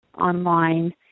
online